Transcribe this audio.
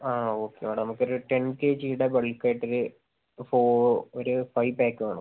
ആണോ okay madam നമുക്കൊരു ten K ജിയുടെ ബൾക്കായിട്ടൊരു ഒരു ഫൈവ് പാക്ക് വേണം